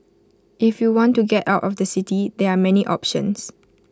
if you want to get out of the city there are many options